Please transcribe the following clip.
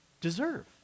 deserve